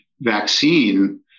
vaccine